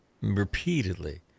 repeatedly